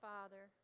Father